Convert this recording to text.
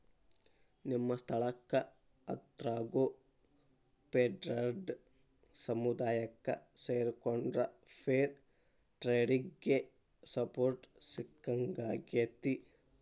ನಿಮ್ಮ ಸ್ಥಳಕ್ಕ ಹತ್ರಾಗೋ ಫೇರ್ಟ್ರೇಡ್ ಸಮುದಾಯಕ್ಕ ಸೇರಿಕೊಂಡ್ರ ಫೇರ್ ಟ್ರೇಡಿಗೆ ಸಪೋರ್ಟ್ ಸಿಕ್ಕಂಗಾಕ್ಕೆತಿ